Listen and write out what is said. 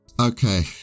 Okay